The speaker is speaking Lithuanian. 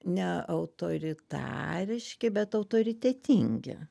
ne autoritariški bet autoritetingi